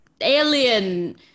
alien